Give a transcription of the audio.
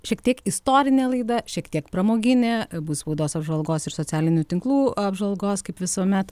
šiek tiek istorinė laida šiek tiek pramoginė bus spaudos apžvalgos ir socialinių tinklų apžvalgos kaip visuomet